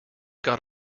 got